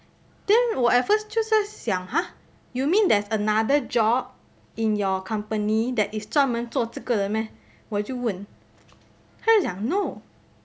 then 我 at first 就在想 !huh! you mean there's another job in your company that is 专门做这个的咩我就问她就讲 no